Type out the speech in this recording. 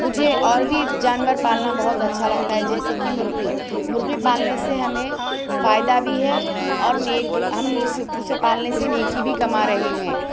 مجھے اور بھی جانور پالنا بہت اچھا لگتا ہے جیسے کہ مرغی مرغی پالنے سے ہمیں فائدہ بھی ہے اور نیک ہم اسے پالنے سے نیکی بھی کما رہے ہیں